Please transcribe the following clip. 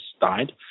died